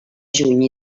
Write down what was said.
juny